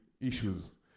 issues